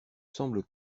semble